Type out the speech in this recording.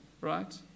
right